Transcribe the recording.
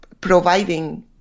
providing